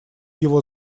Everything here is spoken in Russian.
его